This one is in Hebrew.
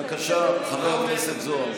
בבקשה, חבר הכנסת זוהר.